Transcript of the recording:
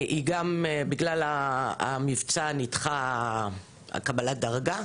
היא גם בגלל המבצע נדחה קבלת הדרגה.